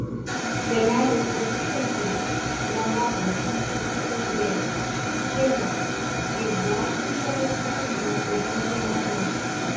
senelis pasilenkė virš chronografo ir sukuždėjo įsidėmėk šiais dešimčia ratukų nustatysi metus